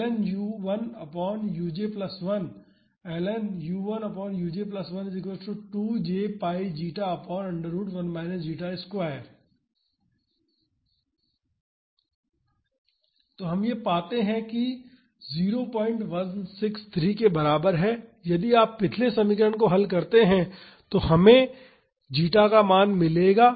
तो हम पाते हैं कि जीटा 0163 के बराबर है यदि आप पिछले समीकरण को हल करते हैं तो हमें जीटा का मान मिलेगा